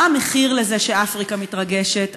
מהו המחיר לזה שאפריקה מתרגשת?